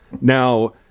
Now